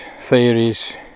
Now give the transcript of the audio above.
theories